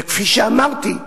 וכפי שאמרתי,